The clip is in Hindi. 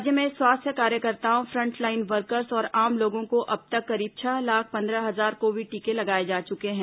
राज्य में स्वास्थ्य कार्यकर्ताओं फ्रंटलाइन वर्कर्स और आम लोगों को अब तक करीब छह लाख पंद्रह हजार कोविड टीके लगाए जा चुके हैं